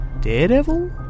Daredevil